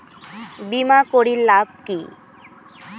বিমা করির লাভ কি?